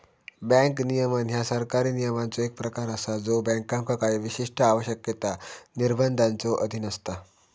bank नियमन ह्या सरकारी नियमांचो एक प्रकार असा ज्यो बँकांका काही विशिष्ट आवश्यकता, निर्बंधांच्यो अधीन असता